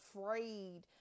afraid